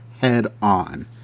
head-on